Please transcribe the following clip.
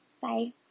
Bye